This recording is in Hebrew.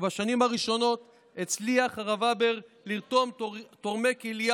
ובשנים הראשונות הצליח הרב הבר לרתום תורמי כליה